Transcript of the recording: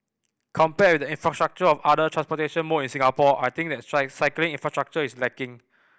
compared in the infrastructure of other transportation mode in Singapore I think the cycling infrastructure is lacking